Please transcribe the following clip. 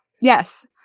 Yes